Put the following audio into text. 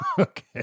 Okay